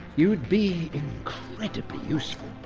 you'd be incredibly useful.